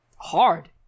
hard